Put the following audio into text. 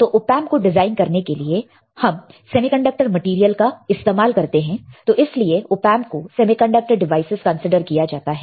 तो ऑपएंप को डिजाइन करने के लिए हम सेमीकंडक्टर मैटेरियल का इस्तेमाल करते हैं तो इसलिए ऑपएंप को सेमीकंडक्टर डिवाइसेज कंसीडर किया जाता है